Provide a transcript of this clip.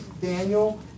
Daniel